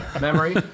memory